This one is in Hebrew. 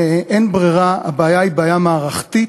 ואין ברירה, הבעיה היא בעיה מערכתית,